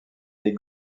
des